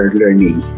learning